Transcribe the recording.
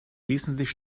wesentlich